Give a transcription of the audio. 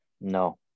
No